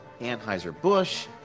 Anheuser-Busch